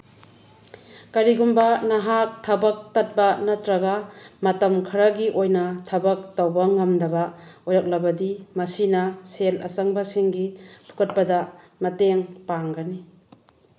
ꯀꯔꯤꯒꯨꯝꯕ ꯅꯍꯥꯛ ꯊꯕꯛ ꯇꯠꯄ ꯅꯠꯇ꯭ꯔꯒ ꯃꯇꯝ ꯈꯔꯒꯤ ꯑꯣꯏꯅ ꯊꯕꯛ ꯇꯧꯕ ꯉꯝꯗꯕ ꯑꯣꯏꯔꯛꯂꯕꯗꯤ ꯃꯁꯤꯅ ꯁꯦꯜ ꯑꯆꯪꯕꯁꯤꯡꯒꯤ ꯐꯨꯀꯠꯄꯗ ꯃꯇꯦꯡ ꯄꯥꯡꯒꯅꯤ